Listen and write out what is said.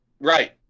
Right